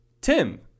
Tim